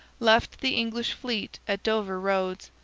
left the english fleet at dover roads,